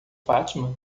fatima